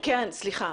סליחה,